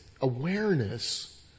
awareness